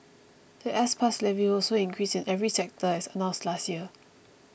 the S Pass levy will also increase in every sector as announced last year